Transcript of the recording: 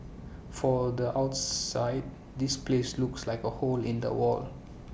for the outside this place looks like A hole in the wall